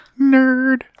Nerd